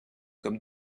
comme